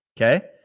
Okay